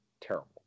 terrible